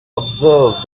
observe